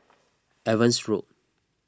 Evans Road